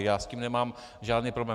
Já s tím nemám žádný problém.